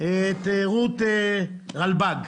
רות רלבג,